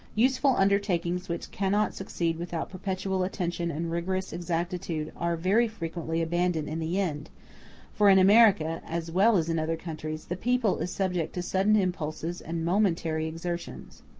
useful undertakings which cannot succeed without perpetual attention and rigorous exactitude are very frequently abandoned in the end for in america, as well as in other countries, the people is subject to sudden impulses and momentary exertions.